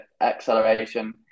acceleration